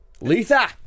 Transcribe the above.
Letha